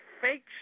fake